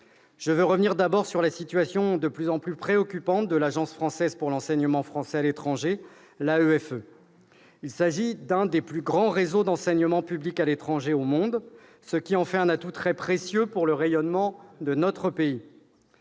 Je veux revenir, d'abord, sur la situation de plus en plus préoccupante de l'Agence pour l'enseignement français à l'étranger, l'AEFE. Il s'agit d'un des plus grands réseaux d'enseignement public à l'étranger au monde, ce qui en fait un atout très précieux pour le rayonnement de notre pays.